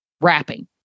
wrapping